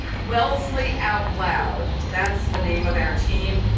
wellesley out loud, that's the name of our team,